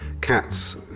cats